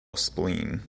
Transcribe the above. spleen